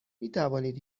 میتوانید